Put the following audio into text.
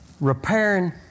repairing